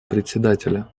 председателя